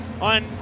on